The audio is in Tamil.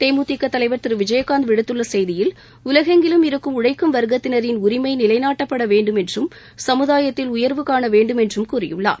தேமுதிக தலைவர் திரு விஜயகாந்த் விடுத்துள்ள செய்தியில் உலகெங்கிலும் இருக்கும் உழைக்கும் வர்கத்தினரின் உரிமை நிலைநாட்டப்பட வேண்டும் என்றும் சமுதாயத்தில் உயர்வு காண வேண்டும் என்றும் கூறியுள்ளார்